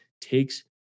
takes